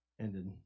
ended